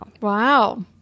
wow